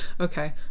okay